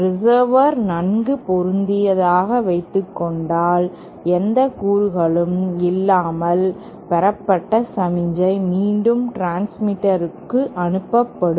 receiver நன்கு பொருந்தியதாக வைத்துகொண்டால் எந்த கூறுகளும் இல்லாமல் பெறப்பட்ட சமிக்ஞை மீண்டும் டிரான்ஸ்மிட்டருக்கு அனுப்பப்படும்